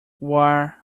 war